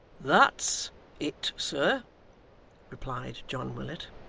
that's it, sir replied john willet.